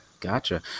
gotcha